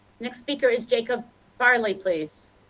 next speaker is jacob farley, please.